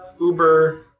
Uber